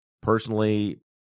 Personally